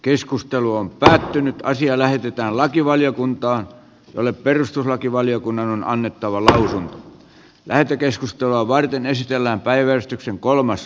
keskustelu on päättynyt ja asia lähetetään lakivaliokuntaan jolle perustuslakivaliokunnan on annettava lain lähetekeskustelua voitaisiin siirtää virolaisiin vankiloihin